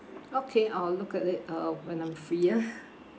okay I will look at it uh when I'm free ah